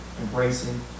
embracing